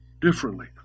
differently